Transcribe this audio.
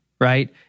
right